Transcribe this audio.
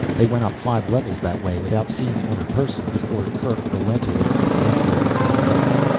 they went up five levels that way without seeing another person before kerk relented and let the escalator do the work.